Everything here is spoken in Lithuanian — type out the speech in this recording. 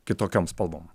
kitokiom spalvom